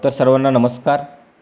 तर सर्वांना नमस्कार